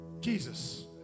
Jesus